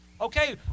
Okay